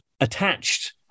attached